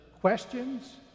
questions